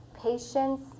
patience